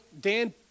Dan